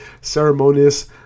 ceremonious